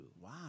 Wow